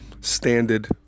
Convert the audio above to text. standard